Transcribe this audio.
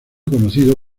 conocido